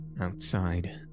Outside